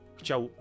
chciał